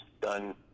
done